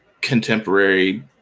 contemporary